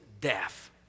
death